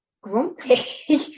grumpy